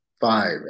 five